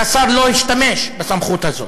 והשר לא השתמש בסמכות הזו.